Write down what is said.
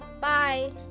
bye